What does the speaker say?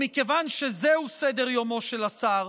מכיוון שזהו סדר-יומו של השר,